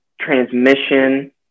transmission